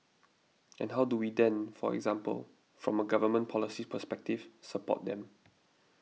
and how do we then for example from a government policy perspective support them